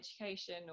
education